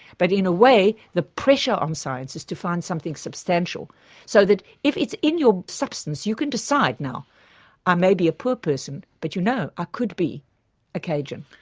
but in a way the pressure on science is to find something substantial so that if it's in your substance you can decide now i may be a poor person, but you know, i could be a cajun.